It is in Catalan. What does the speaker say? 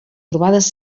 trobades